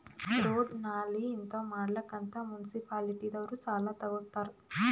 road, ನಾಲಿ ಹಿಂತಾವ್ ಮಾಡ್ಲಕ್ ಅಂತ್ ಮುನ್ಸಿಪಾಲಿಟಿದವ್ರು ಸಾಲಾ ತಗೊತ್ತಾರ್